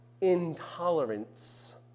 intolerance